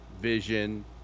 Vision